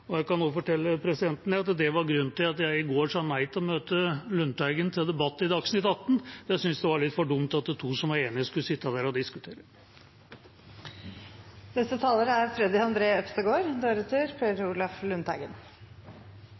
Jeg kan også fortelle presidenten at det var grunnen til at jeg i går sa nei til å møte Lundteigen til debatt i Dagsnytt 18, for jeg syntes det var litt for dumt at to som var enige, skulle sitte der og